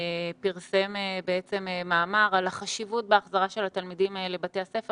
פרסם מאמר על החשיבות בהחזרה של התלמידים לבתי הספר,